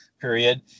period